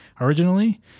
originally